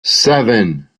seven